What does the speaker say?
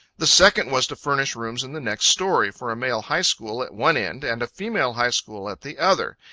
the second was, to furnish rooms in the next story, for a male high school at one end, and a female high school at the other,